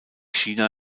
china